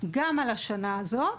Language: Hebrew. אני הולכת לשאול גם על השנה הזו,